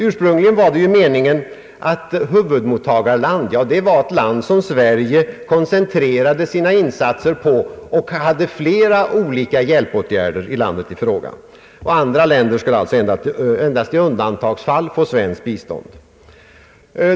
Ursprungligen var huvudmottagarland ett land som Sverige koncentrerade sina insatser på och hade flera olika hjälpåtgärder i. Andra länder skulle alltså endast i undantagsfall få svenskt bistånd.